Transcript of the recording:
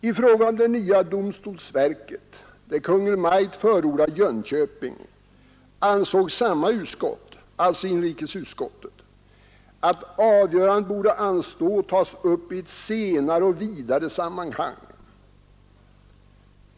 När det gällde det nya domstolsverket, där Kungl. Maj:t förordar Jönköping, ansåg samma utskott, alltså inrikesutskottet, att avgörandet borde anstå och ske i ett senare och vidare sammanhang.